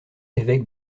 évêque